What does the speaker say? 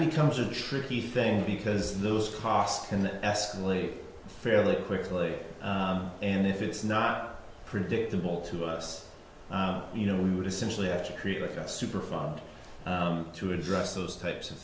becomes a tricky thing because those costs and escalate fairly quickly and if it's not predictable to us you know we would essentially actually create like a super fund to address those types of